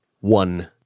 one